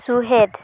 ᱥᱩᱦᱮᱫ